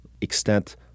extent